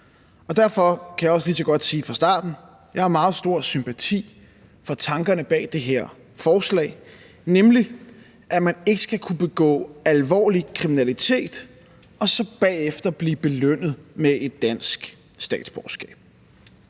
Derfor kan jeg også lige så godt sige fra starten, at jeg har meget stor sympati for tankerne bag det her forslag, nemlig at man ikke skal kunne begå alvorlig kriminalitet og så bagefter blive belønnet med et dansk statsborgerskab.